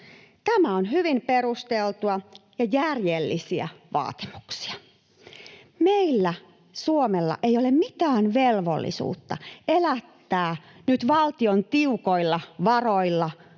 Nämä ovat hyvin perusteltuja ja järjellisiä vaatimuksia. Meillä, Suomella, ei ole mitään velvollisuutta elättää nyt valtion tiukoilla varoilla